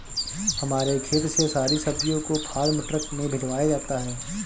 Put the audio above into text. हमारे खेत से सारी सब्जियों को फार्म ट्रक में भिजवाया जाता है